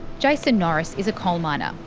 jayson norris is a coal miner.